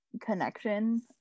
connection